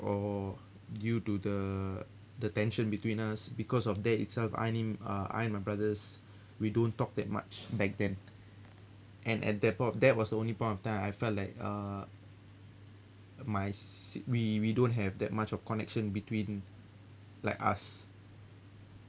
or due to the the tension between us because of that itself I mean uh I and my brothers we don't talk that much back then and at that point of that was the only point of time I felt like uh my sib~ we we don't have that much of connection between like us